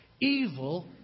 evil